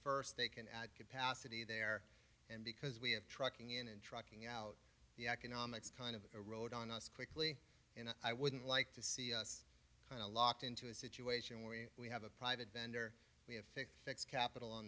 first they can add capacity there and because we have trucking in and trucking out the economics kind of erode on us quickly and i wouldn't like to see us kind of locked into a situation where we have a private vendor we have fixed capital on